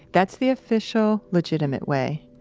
that's the official, legitimate way.